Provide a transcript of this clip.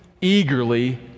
eagerly